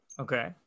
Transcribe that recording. Okay